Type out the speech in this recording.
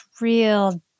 real